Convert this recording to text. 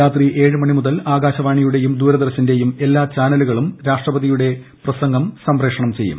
രാത്രി ഏഴ് മണി മുതൽ ആകാശവാണിയുടെയും ദൂരദർശന്റെയും എല്ലാ ചാനലുകളും രാഷ്ട്രപതിയുടെയും പ്രസംഗം സംപ്രേഷണം ചെയ്യും